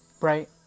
right